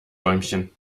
däumchen